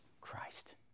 Christ